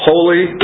Holy